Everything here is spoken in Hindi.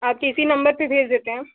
आपके इसी नंबर पर भेज देते हैं